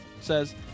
says